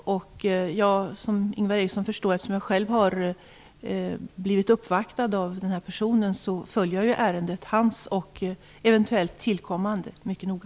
Som Ingvar Eriksson förstår följer jag, eftersom jag själv har blivit uppvaktad av den här personen, detta ärende och eventuellt tillkommande mycket noga.